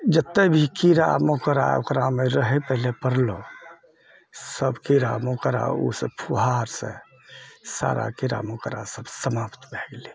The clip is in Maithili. जते भी कीड़ा मकोड़ा ओकरामे रहै पहिले पड़लऽ सब कीड़ा मकोड़ा ओसब फुहारसँ सारा कीड़ा मकोड़ा सब समाप्त भऽ गेलै